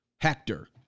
Hector